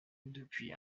depuis